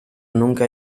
nunca